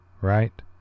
right